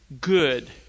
good